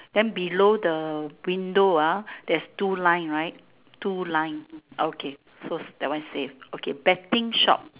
then below the window ah there's two line right two line okay so that one is same okay betting shop